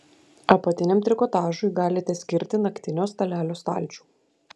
apatiniam trikotažui galite skirti naktinio stalelio stalčių